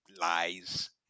Lies